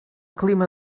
clima